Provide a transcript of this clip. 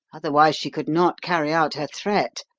otherwise she could not carry out her threat.